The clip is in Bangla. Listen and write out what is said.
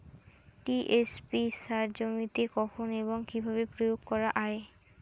টি.এস.পি সার জমিতে কখন এবং কিভাবে প্রয়োগ করা য়ায়?